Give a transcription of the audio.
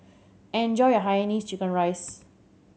enjoy your hainanese chicken rice